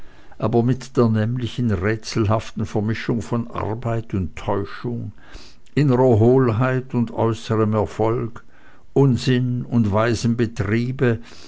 aber mit der nämlichen rätselhaften vermischung von arbeit und täuschung innerer hohlheit und äußerm erfolg unsinn und weisem betriebe